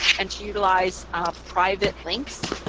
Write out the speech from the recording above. and to utilize private links,